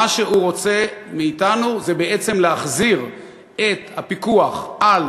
מה שהוא רוצה מאתנו זה בעצם להחזיר את הפיקוח או